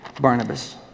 Barnabas